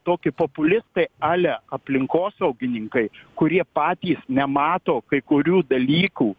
tokie populistai ale aplinkosaugininkai kurie patys nemato kai kurių dalykų